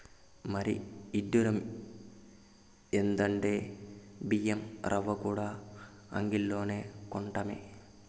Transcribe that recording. మరీ ఇడ్డురం ఎందంటే బియ్యం రవ్వకూడా అంగిల్లోనే కొనటమే